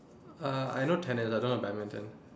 uh I know tennis I don't know badminton